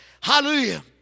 Hallelujah